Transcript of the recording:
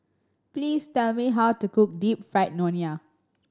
please tell me how to cook Deep Fried Ngoh Hiang